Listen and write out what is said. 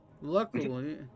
luckily